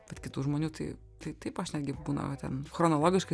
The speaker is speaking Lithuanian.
bet kitų žmonių tai tai taip aš netgi būna va ten chronologiškai